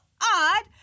odd